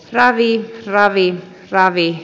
ravit raviin ravi